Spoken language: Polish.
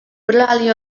brali